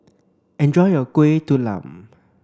enjoy your Kuih Talam